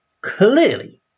clearly